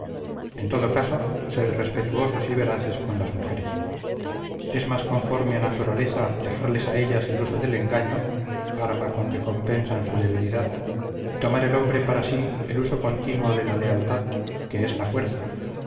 en todo caso sed respetuosos y veraces con las mujeres es más conforme a naturaleza dejarles a ellas el uso del engaño arma con que compensan su debilidad y tomar el hombre para sí el uso continuo de la lealtad que es la fuerza